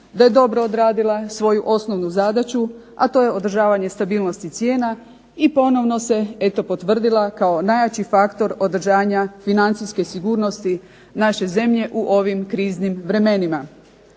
da je dobro odradila svoju osnovnu zadaću, a to je održavanje stabilnosti cijena i ponovno se eto potvrdila kao najjači faktor održanja financijske sigurnosti naše zemlje u ovim kriznim vremenima.